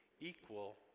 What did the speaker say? equal